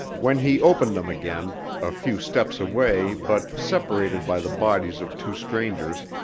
when he opened them again a few steps away, but separated by the bodies of two strangers,